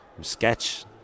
sketch